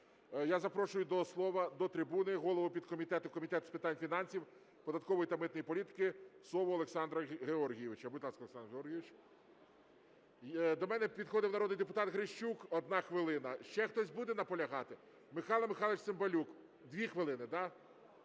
Я запрошую до слова до трибуни голову підкомітету Комітету з питань фінансів, податкової та митної політики Сову Олександра Георгійовича. Будь ласка, Олександр Георгійович. До мене підходив народний депутат Грищук, одна хвилина. Ще хтось буде наполягати? Михайло Михайлович Цимбалюк. Дві хвилини, да?